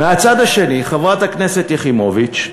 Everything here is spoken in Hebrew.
מהצד השני, חברת הכנסת יחימוביץ,